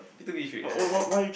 P two P three I I